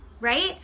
right